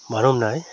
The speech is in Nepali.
भनौँ न है